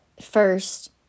first